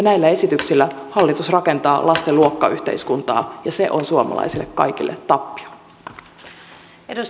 näillä esityksillä hallitus rakentaa lasten luokkayhteiskuntaa ja se on kaikille suomalaisille tappio